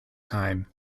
time